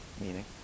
meaning